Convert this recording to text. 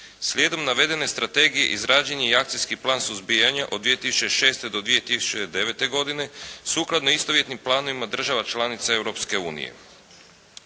Slijedom navedene strategije izrađen je je i Akcijski plan suzbijanja od 2006. do 2009. godine. sukladno istovjetnim planovima država članica